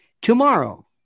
Tomorrow